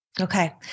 Okay